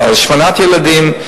השמנת ילדים,